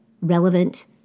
relevant